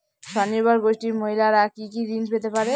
স্বনির্ভর গোষ্ঠীর মহিলারা কি কি ঋণ পেতে পারে?